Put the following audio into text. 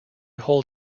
hold